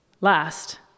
last